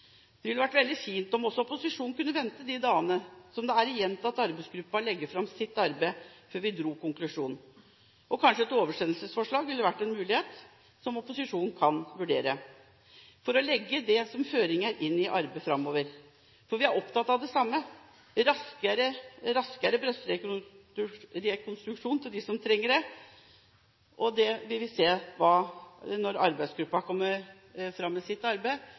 Det ville vært veldig fint om også opposisjonen kunne vente de dagene som er igjen, til arbeidsgruppen legger fram sitt arbeid før vi dro konklusjonen. Kanskje et oversendelsesforslag vil være en mulighet som opposisjonen kan vurdere – for å legge det som føringer inn i arbeidet framover. For vi er opptatt av det samme: raskere brystrekonstruksjon til dem som trenger det. Når vi ser hva arbeidsgruppen kommer fram til i sitt arbeid,